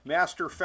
Master